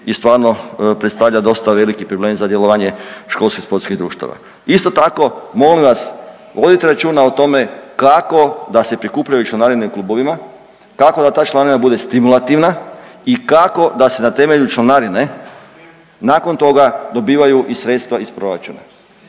i stvarno predstavlja dosta veliki problem za djelovanje školskih sportskih društava. Isto tako molim vas vodite računa o tome kako da se prikupljaju članarine u klubovima, kako da ta članarina bude stimulativna i kako da se na temelju članarine nakon toga dobivaju i sredstva iz proračuna.